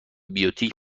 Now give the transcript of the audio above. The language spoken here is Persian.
بیوتیک